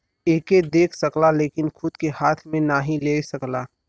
एके देख सकला लेकिन खूद के हाथ मे नाही ले सकला